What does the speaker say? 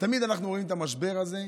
תמיד אנחנו רואים את המשבר הזה,